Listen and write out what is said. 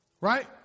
right